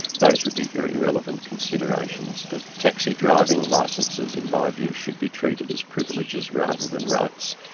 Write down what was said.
those would be very relevant considerations. but taxi driving licences in my view should be treated as privileges rather than rights,